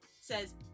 says